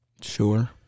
Sure